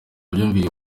byiyumviro